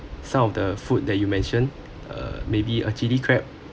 some of the food that you mention uh maybe a chili crab